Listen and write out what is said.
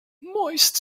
moist